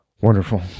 Wonderful